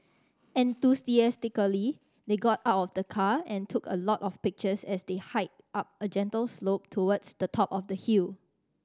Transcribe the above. enthusiastically they got out of the car and took a lot of pictures as they hiked up a gentle slope towards the top of the hill